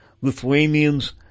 Lithuanians